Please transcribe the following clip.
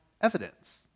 evidence